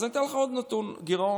אז אתן לך עוד נתון: גירעון.